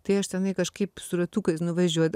tai aš tenai kažkaip su ratukais nuvažiuodavau